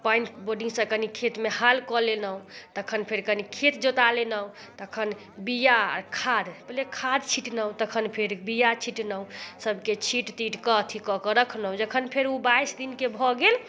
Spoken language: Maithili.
पानि बोर्डिंगसँ कनि खेतमे हाल कऽ लेनहुँ तखन फेर कनि खेत जोता लेनहुँ तखन बीया आओर खाद पहिले खाद छिटनहुँ तखन फेर बीया छिटनहुँ सभके छीट तीट कऽ अथी कऽ कऽ रखनहुँ जखन फेर उ बाइस दिनके भऽ गेल